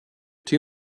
too